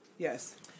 Yes